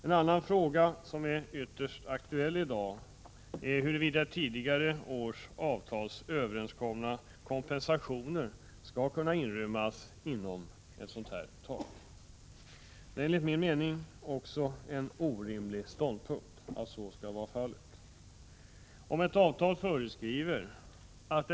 En annan fråga som är ytterst aktuell i dag är frågan huruvida i tidigare års avtal överenskomna kompensationer skall inrymmas under 5-procentstaket. Det är enligt min mening en orimlig ståndpunkt. Om ett avtal föreskriver att .